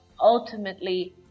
ultimately